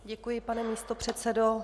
Děkuji, pane místopředsedo.